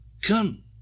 Come